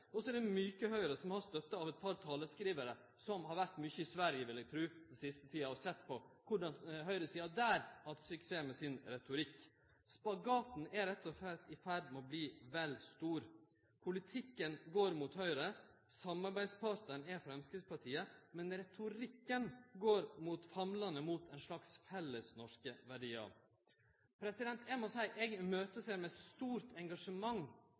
Og så er det mjuke-Høgre, som har støtte av eit par taleskrivarar som har vore mykje i Sverige, vil eg tru, den siste tida og sett på korleis høgresida der har hatt suksess med sin retorikk. Spagaten er rett og slett i ferd med å verte vel stor. Politikken går mot høgre, samarbeidspartnaren er Framstegspartiet, men retorikken går famlande mot ein slags fellesnorske verdiar. Eg må seie at eg ser fram til med stort engasjement